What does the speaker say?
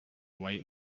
white